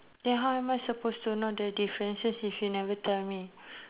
then how am I supposed to know the differences if you never tell me